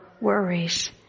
worries